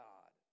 God